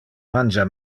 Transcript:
mangia